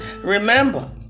Remember